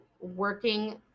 working